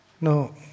No